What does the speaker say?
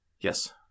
Yes